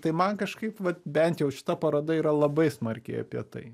tai man kažkaip vat bent jau šita paroda yra labai smarkiai apie tai